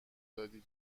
دادی